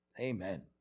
Amen